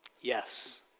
yes